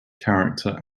character